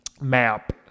map